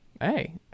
hey